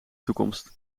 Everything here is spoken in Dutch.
toekomst